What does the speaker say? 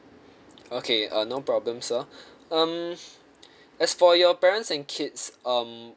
okay uh no problem sir um as for your parents and kids um